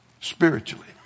Spiritually